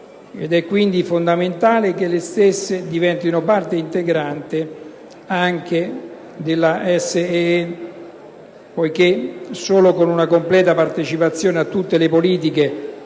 ed è quindi fondamentale che le stesse diventino parte integrante anche del SEE, poiché solo con una completa partecipazione a tutte le politiche